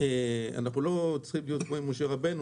אנחנו לא צריכים להיות כמו עם משה רבנו,